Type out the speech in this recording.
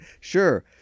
Sure